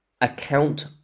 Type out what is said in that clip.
account